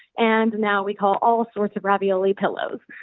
and now we call all sorts of ravioli pillows.